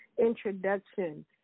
introduction